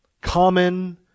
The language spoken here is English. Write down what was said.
Common